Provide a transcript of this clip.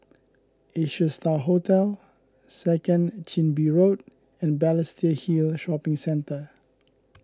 Asia Star Hotel Second Chin Bee Road and Balestier Hill Shopping Centre